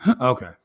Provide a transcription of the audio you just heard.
Okay